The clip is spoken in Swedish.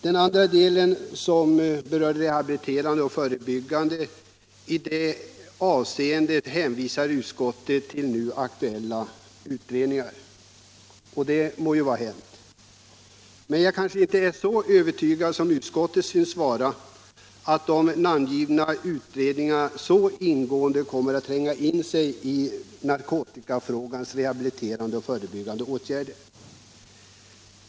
Den andra delen var frågan om rehabiliterande och förebyggande åtgärder. I detta avseende hänvisar utskottet till nu aktuella utredningar, och det må vara hänt. Jag är kanske inte så övertygad som utskottet synes vara om att de namngivna utredningarna så ingående kommer att behandla frågan om rehabiliterande och förebyggande åtgärder på narkotikaområdet.